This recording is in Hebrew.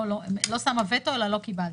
לא שמה וטו אלא לא קיבלתי.